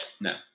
No